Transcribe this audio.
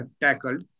tackled